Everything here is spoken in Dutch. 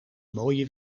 mooie